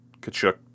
Kachuk